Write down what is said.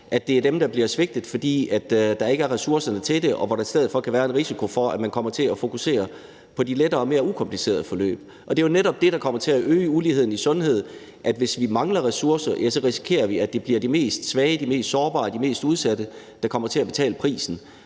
indsats, er dem, der bliver svigtet, fordi der ikke er ressourcer til det. I stedet kan der være en risiko for, at man kommer til at fokusere på de lettere og mere ukomplicerede forløb. Og det er jo netop det, der kommer til at øge uligheden i sundhed, altså at hvis vi mangler ressourcer, risikerer vi, at det bliver de svageste, de mest sårbare, de mest udsatte, der kommer til at betale prisen.